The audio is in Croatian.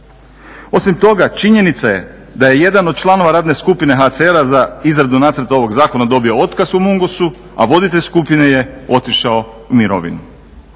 Osim toga, činjenica je da je jedan od članova radne skupine HCR-a za izradu nacrta ovog zakona dobio otkaz u Mungosu, a voditelj skupine je otišao u mirovinu.